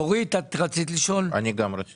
אני רוצה